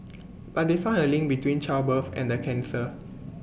but they found A link between childbirth and the cancer